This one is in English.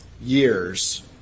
years